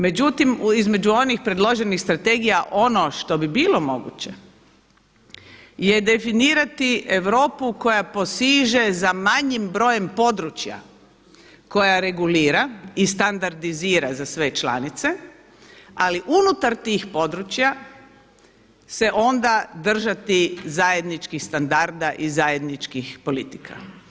Međutim između onih predloženih strategija ono što bi bilo moguće je definirati Europu koja posiže za manjim brojem područja koja regulira i standardizira za sve članice ali unutar tih područja se onda držati zajedničkih standarda i zajedničkih politika.